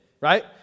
right